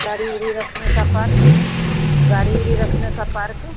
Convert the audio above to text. गाड़ी ओड़ी रखने का पार्क गाड़ी ओड़ी रखने का पार्क